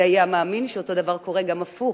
מי היה מאמין שאותו הדבר קורה גם הפוך,